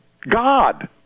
God